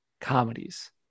comedies